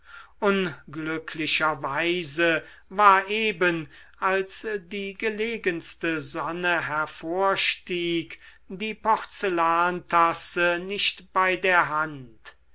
unglücklicherweise war eben als die gelegenste sonne hervorstieg die porzellantasse nicht bei der hand